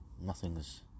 nothing's